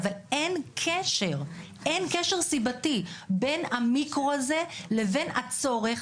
אבל אין קשר סיבתי בין המיקרו הזה לבין הצורך